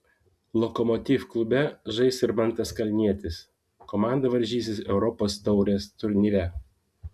lokomotiv klube žais ir mantas kalnietis komanda varžysis europos taurės turnyre